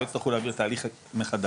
לא יצטרכו להעביר תהליך מחדש,